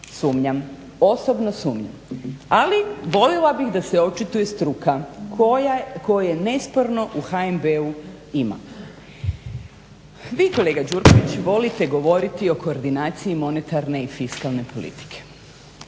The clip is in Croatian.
sumnjam, osobno sumnjam. Ali voljela bih da se očituje struka koje nesporno u HNB-u ima. Vi kolega Gjurković volite govoriti o koordinaciji monetarne i fiskalne politike